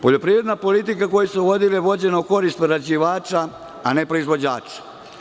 Poljoprivredna politika koju su vodili je vođena u korist prerađivača, a ne proizvođača.